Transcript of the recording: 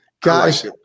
guys